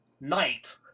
knight